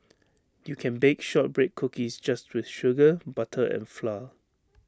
you can bake Shortbread Cookies just with sugar butter and flour